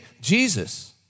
Jesus